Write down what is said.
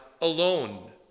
alone